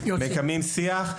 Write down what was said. מקיימים שיח,